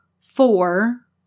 Four